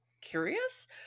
curious